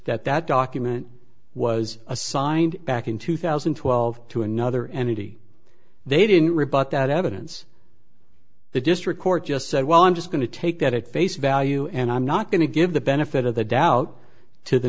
that that document was assigned back in two thousand and twelve to another entity they didn't rebut that evidence the district court just said well i'm just going to take that at face value and i'm not going to give the benefit of the doubt to the